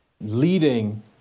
leading